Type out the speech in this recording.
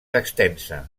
extensa